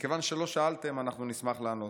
מכיוון שלא שאלתם, אנחנו נשמח לענות: